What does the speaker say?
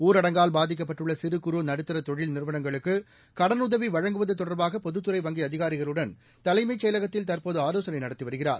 ஊரடங்கால் பாதிக்கப்பட்டுள்ள சிறு குறு நடுத்தர தொழில் நிறுவனங்களுக்கு கடனுதவி வழங்குவது தொடர்பாக பொதுத்துறை வங்கி அதிகாரிகளுடன் தலைமைச் செயலகத்தில் தற்போது ஆலோசனை நடத்தி வருகிறார்